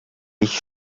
ich